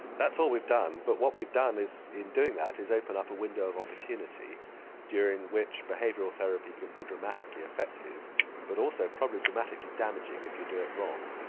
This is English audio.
that's all we've done but what we've done in doing that is open up a window of opportunity during which behavioural therapy can be dramatically effective but also probably dramatically damaging if you do it wrong.